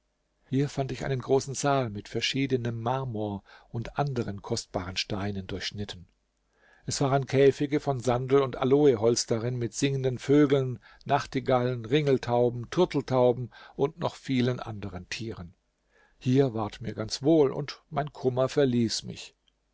hier fand ich einen großen saal mit verschiedenem marmor und anderen kostbaren steinen durchschnitten es waren käfige von sandel und aloeholz darin mit singenden vögeln nachtigallen ringeltauben turteltauben und noch vielen anderen tieren hier ward mir ganz wohl und mein kummer verließ mich